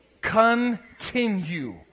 continue